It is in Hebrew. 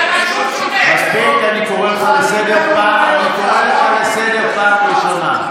חבר הכנסת בן גביר, נא לשמור על שקט.